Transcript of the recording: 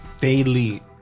daily